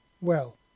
Well